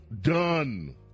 done